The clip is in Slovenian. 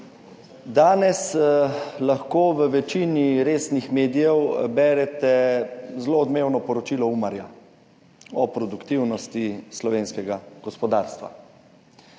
Danes lahko v večini resnih medijev berete zelo odmevno poročilo Umarja o produktivnosti slovenskega gospodarstva.